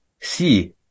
see